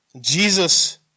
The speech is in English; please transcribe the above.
Jesus